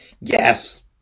Yes